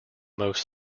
most